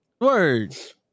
Words